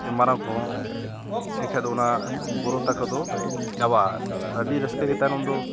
ᱢᱟᱨᱟᱝ ᱠᱚᱦᱚᱸ ᱮᱱᱠᱷᱟᱱ ᱫᱚ ᱚᱱᱟ ᱵᱚᱨᱚ ᱛᱟᱠᱚ ᱫᱚ ᱪᱟᱵᱟᱜᱼᱟ ᱟᱨ ᱟᱹᱰᱤ ᱨᱟᱹᱥᱠᱟᱹᱜᱮ ᱛᱟᱭᱱᱚᱢ ᱫᱚ